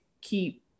keep